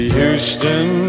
Houston